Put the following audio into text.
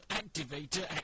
activator